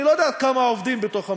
אני לא יודע כמה עובדים בתוך המערכת,